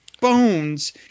bones